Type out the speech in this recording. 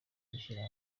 gushyira